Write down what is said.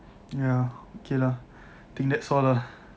ya okay lah I think that's all lah